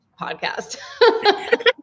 podcast